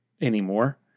anymore